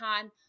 time